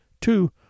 two